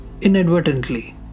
inadvertently